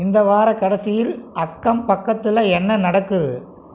இந்த வாரக்கடைசியில் அக்கம் பக்கத்தில் என்ன நடக்குது